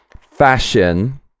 fashion